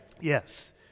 Yes